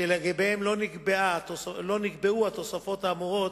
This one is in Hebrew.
שלגביהם לא נקבעו התוספות האמורות,